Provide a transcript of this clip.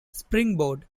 springboard